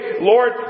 Lord